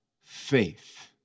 faith